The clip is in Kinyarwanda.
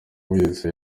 wese